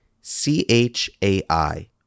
C-H-A-I